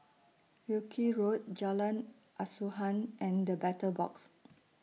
Wilkie Road Jalan Asuhan and The Battle Box